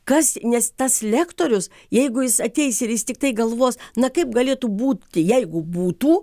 kas nes tas lektorius jeigu jis ateis ir jis tiktai galvos na kaip galėtų būti jeigu būtų